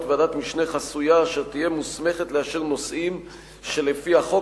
ועדת משנה חסויה אשר תהיה מוסמכת לאשר נושאים שלפי החוק